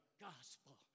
gospel